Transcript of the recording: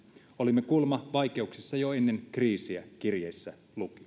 olimme kuulemma vaikeuksissa jo ennen kriisiä kirjeessä luki